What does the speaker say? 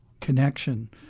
connection